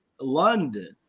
London